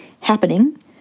happening